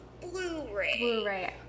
Blu-ray